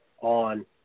on